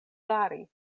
fari